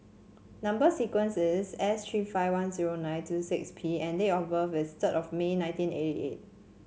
number sequence is S tree five one zero nine two six P and date of birth is third of May nineteen eighty eight